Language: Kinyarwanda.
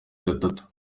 gatatu